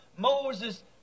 Moses